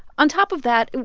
on top of that,